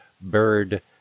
Bird